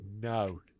No